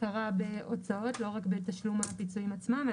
הכרה בהוצאות ולא רק לפיצויים עצמם,